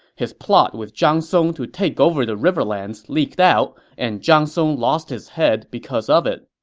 his plot with zhang song to take over the riverlands leaked out, and zhang song lost his head because of it.